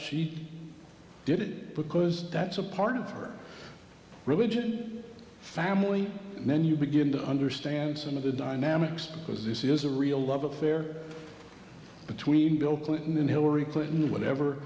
she did it because that's a part of her religion family and then you begin to understand some of the dynamics because this is a real love affair between bill clinton and hillary clinton whatever